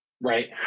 right